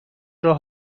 راه